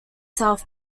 south